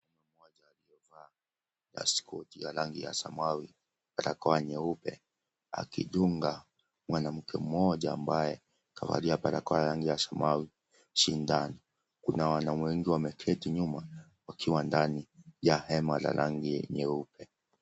Akiwa amevaa dastikoti ya rangi ya samawi, barakoa nyeupe akimdunga mwanamke mmoja ambaye kavalia barakoa ya rangi ya samawi, shindani kuna wanaume wengi wameketi nyuma wakiwa ndani ya hema la rangi nyeupe.